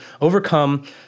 overcome